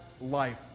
life